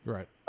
Right